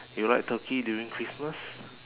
you like turkey during christmas